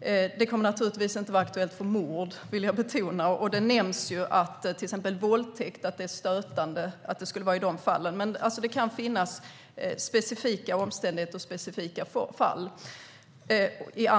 Skuldsanering kommer naturligtvis inte att vara aktuellt för mord, vill jag betona, och det nämns att det skulle vara stötande med skuldsanering vid till exempel våldtäkt. Men det kan finnas specifika omständigheter och specifika fall. När